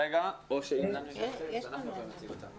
אני אתחיל את הפתיח ונטפל בזה בשלב המאוחר יותר.